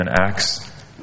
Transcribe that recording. Acts